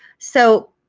so